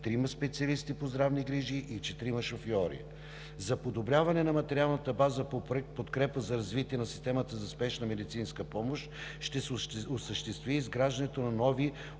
трима специалисти по здравни грижи и четирима шофьори. За подобряване на материалната база по Проект „Подкрепа за развитие на системата за спешна медицинска помощ“ ще се осъществи изграждане на нови,